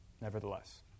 nevertheless